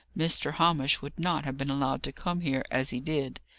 mr. hamish would not have been allowed to come here as he did.